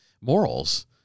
morals